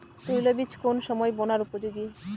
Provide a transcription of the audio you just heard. তৈল বীজ কোন সময় বোনার উপযোগী?